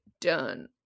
done